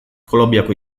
kolonbiako